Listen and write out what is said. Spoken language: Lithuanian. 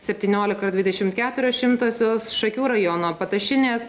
septyniolika ir dvidešimt keturios šimtosios šakių rajono patašinės